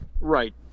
Right